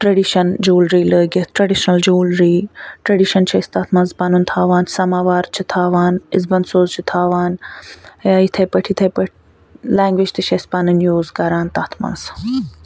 tradition jewellery لٲگِتھ traditional jewellery tradition چھِ أسۍ تتھ منٛز پنُن تھوان سموار چھِ تھاوان اِزبنٛد سوٚز چھِ تھوان یا یِتھٕے پٲٹھی یِتھٕے پٲٹھۍ لنٛگویج تہِ چھِ اَسہِ پنٕنۍ یوٗز کَران تتھ منٛز